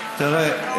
תראה,